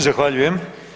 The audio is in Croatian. Zahvaljujem.